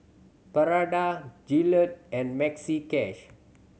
Prada Gillette and Maxi Cash